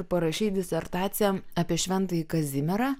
parašei disertaciją apie šventąjį kazimierą